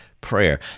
Prayer